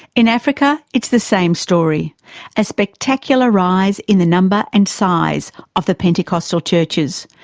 in africa it's the same story a spectacular rise in the number and size of the pentecostal churches,